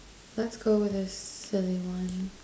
let's go with this silly one